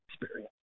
experience